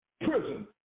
prison